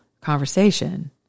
conversation